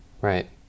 right